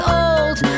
old